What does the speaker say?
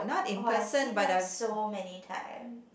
[wah] I seen them so many time